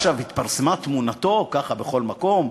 עכשיו התפרסמה תמונתו ככה בכל מקום,